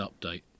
update